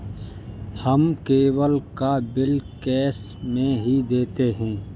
हम केबल का bill cash में ही देते हैं